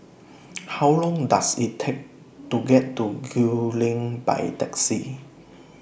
How Long Does IT Take to get to Gul Lane By Taxi